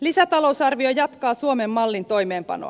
lisätalousarvio jatkaa suomen mallin toimeenpanoa